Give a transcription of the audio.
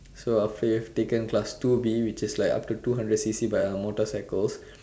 so after you have taken class two B which is like up to two hundred C_C by our motorcycles